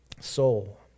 soul